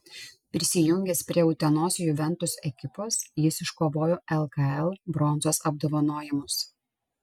prisijungęs prie utenos juventus ekipos jis iškovojo lkl bronzos apdovanojimus